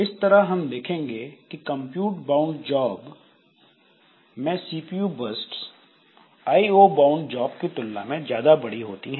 इस तरह हम देखेंगे कि कंप्यूट बाउंड जॉब में CPU bursts IO bound job की तुलना में ज्यादा बड़ी होती है